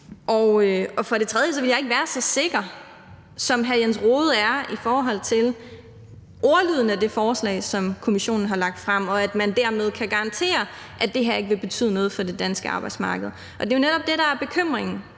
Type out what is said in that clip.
og for det tredje ville jeg ikke være så sikker, som hr. Jens Rohde er, i forhold til ordlyden af det forslag, som Kommissionen har lagt frem, og at man dermed kan garantere, at det her ikke vil betyde noget for det danske arbejdsmarked. Det er jo netop det, der er bekymringen